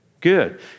Good